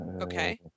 Okay